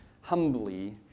humbly